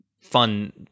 fun